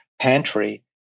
pantry